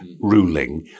ruling